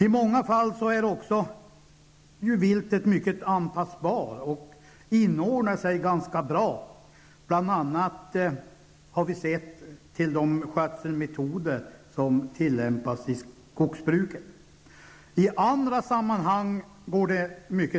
I många fall är också viltet mycket anpassbart och inordnar sig ganska bra, bl.a. till de skötselmetoder som tillämpas i skogsbruket. I andra sammanhang går det sämre.